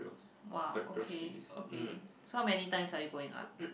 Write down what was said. !wah! okay okay so how many times are you going up